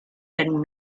had